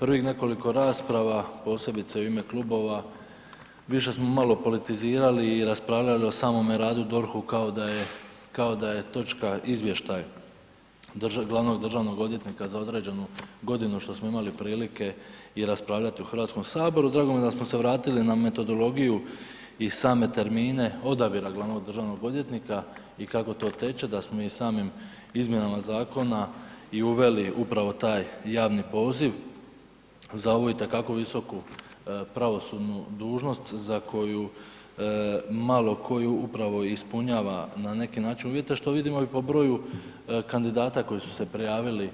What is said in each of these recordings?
Prvih nekoliko rasprava posebice u ime klubova, više smo malo politizirali i raspravljali o samome radu, DORH-u kao da je točka izvještaj glavnog državnog odvjetnika za određenu godinu što smo imali prilike i raspravljati u Hrvatskom saboru, drago mi je da smo se vratili na metodologiju i same termine odabira glavnog državnog odvjetnika i kako to teče, da smo i samim izmjenama zakona i uveli upravo taj javni poziv za ovu itekako visoku pravosudnu dužnost za koju malo tko ju upravo ispunjava na neki način uvjete, što vidimo i po broju kandidata koji su se prijavili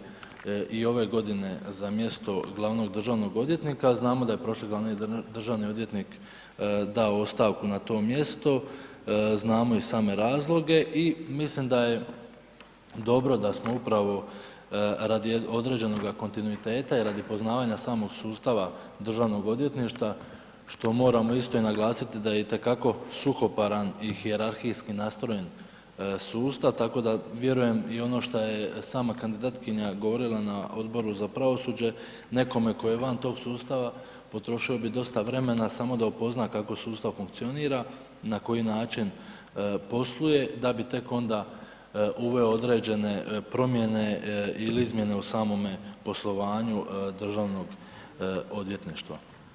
i ove godine za mjesto glavnog državnog odvjetnika, znamo da je prošli glavni državni odvjetnik dao ostavku na to mjesto, znamo i same razloge i mislim da je dobro da smo upravo radi određenoga kontinuiteta i radi poznavanja samog sustava Državnog odvjetništva, što moramo isto i naglasiti da je itekako suhoparan i hijerarhijski nastrojen sustav, tako da vjerujem i ono što je sama kandidatkinja govorila na Odboru za pravosuđe, nekome ko je van tog sustava, potrošio bi dosta vremena samo da upozna kako sustav funkcionira, na koji način posluje, da bi tek onda uveo određene promjene i izmjene u samome poslovanju Državnog odvjetništva.